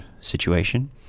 situation